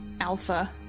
alpha